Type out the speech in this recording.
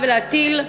(תיקון,